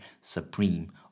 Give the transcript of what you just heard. supreme